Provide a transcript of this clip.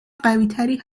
قویتری